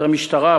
המשטרה,